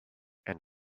and